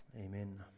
Amen